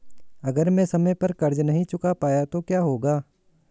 अगर मैं समय पर कर्ज़ नहीं चुका पाया तो क्या होगा?